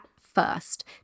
first